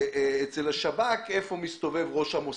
שאצל השב"כ יהיה מידע איפה מסתובב ראש המוסד.